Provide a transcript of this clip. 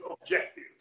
objective